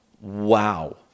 Wow